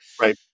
Right